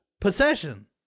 possession